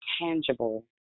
tangible